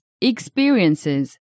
experiences